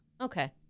Okay